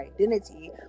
identity